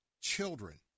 children